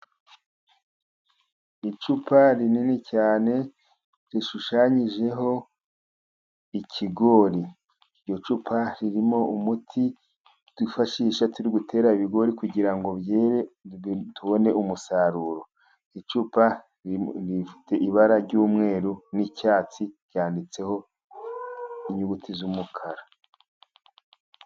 Icupa rinini cyane rishushanyijeho ikigori, iryo cupa ririmo umuti twifashisha turi gutera ibigori, kugira ngo byere tubone umusaruro. Icupa rifite ibara ry'umweru n'icyatsi, ryanditseho inyuguti z'umukara.